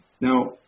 Now